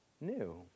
new